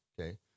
okay